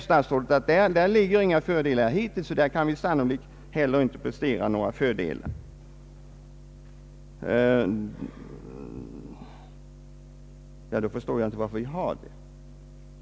Statsrådet säger att några fördelar inte har vunnits hittills och att vi sannolikt inte kan vinna några i fortsättningen heller. Då förstår jag inte varför vi har det systemet.